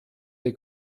dei